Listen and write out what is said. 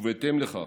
ובהתאם לכך,